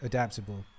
Adaptable